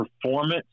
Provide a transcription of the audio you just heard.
performance